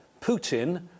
Putin